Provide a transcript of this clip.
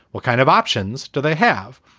what kind of options do they have?